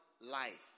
life